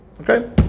Okay